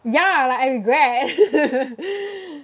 yeah like I regret